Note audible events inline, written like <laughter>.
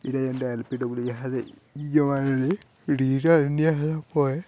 <unintelligible>